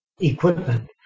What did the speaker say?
equipment